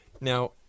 Now